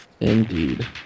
Indeed